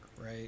Right